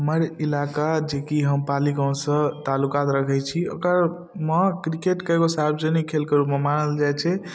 हमर इलाका जेकि हम पाली गामसँ ताल्लुकात रखै छी ओकरमे किरकेटके एगो सार्वजनिक खेलके रूपमे मानल जाए छै